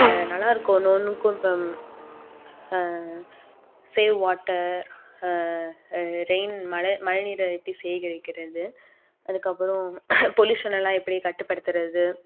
அது நல்லாயிருக்கும் ஒன்னொன்றுக்கும் இப்போ சேவ் வாட்டர் ரெயின் மழை மழை நீரை எப்படி சேகரிக்கிறது அதுக்கப்புறம் பொலுயூஸன்னலாம் எப்படி கட்டுப்படுத்துறது